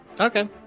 Okay